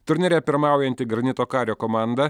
turnyre pirmaujanti granito kario komanda